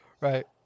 Right